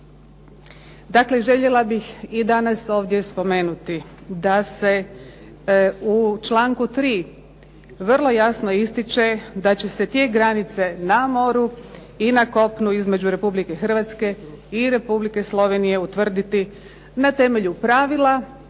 Dakle, željela bih i danas ovdje spomenuti da se u članku 3. vrlo jasno ističe, da će se tijek granice na moru i na kopnu između Republike Hrvatske i Republike Slovenije utvrditi na temelju pravila